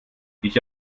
ich